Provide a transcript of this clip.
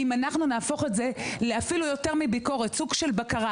אנחנו צריכים להפוך את זה לסוג של בקרה,